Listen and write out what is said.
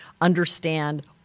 understand